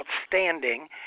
outstanding